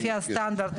לפי הסטנדרט,